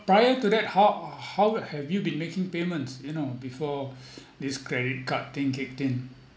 prior to that how how have you been making payments you know before this credit card thing kicked in